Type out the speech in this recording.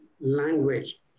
language